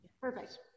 Perfect